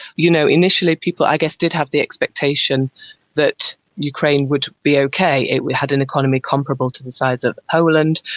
you know, initially people i guess did have the expectation that ukraine would be okay. it had an economy comparable to the size of poland,